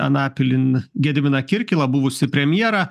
anapilin gediminą kirkilą buvusį premjerą